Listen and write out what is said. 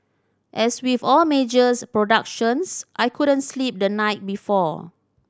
as with all majors productions I couldn't sleep the night before